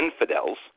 infidels